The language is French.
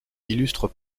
illustre